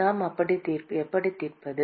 நாம் எப்படி தீர்ப்பது